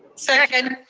second.